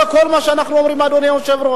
זה כל מה שאנחנו אומרים, אדוני היושב-ראש.